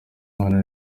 imana